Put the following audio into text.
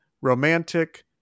romantic